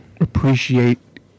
appreciate